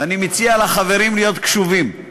ואני מציע לחברים להיות קשובים.